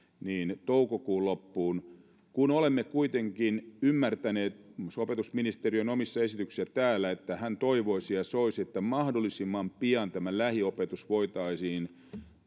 toukokuun loppuun kun olemme kuitenkin ymmärtäneet muun muassa opetusministeriön omista esityksistä täällä että ministeri toivoisi ja soisi että mahdollisimman pian tämä lähiopetus voitaisiin